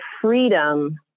freedom